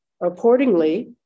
Accordingly